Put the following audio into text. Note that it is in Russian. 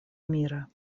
мира